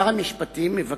שר המשפטים מבקש: